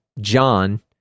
John